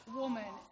woman